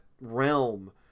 realm